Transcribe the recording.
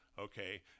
Okay